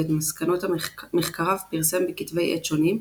ואת מסקנות מחקריו פרסם בכתבי עת שונים,